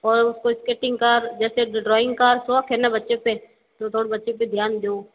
और उसको स्केटिंग का जैसे ड्रॉइंग का शौक है ना बच्चे पे तो थोड़ बच्चे पे ध्यान दो